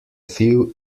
few